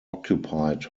occupied